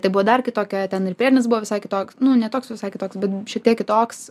tai buvo dar kitokia ten ir priedainis buvo visai kitoks nu ne toks visai kitoks bet šiek tiek kitoks